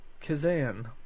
Kazan